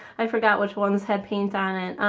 i forgot which ones had paint on it.